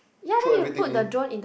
throw everything in